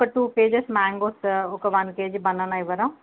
ఒక two kgs mangoes ఒక one kg banana ఇవ్వరా